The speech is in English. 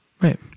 Right